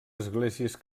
esglésies